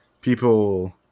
people